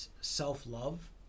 self-love